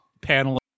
panel